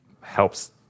helps